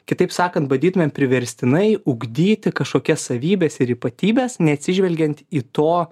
kitaip sakant badytumėm priverstinai ugdyti kažkokias savybes ir ypatybes neatsižvelgiant į to